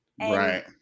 Right